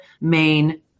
main